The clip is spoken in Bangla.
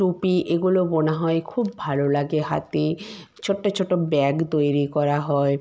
টুপি এগুলো বোনা হয়ে খুব ভালো লাগে হাতে ছোট্ট ছোটো ব্যাগ তৈরি করা হয়